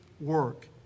work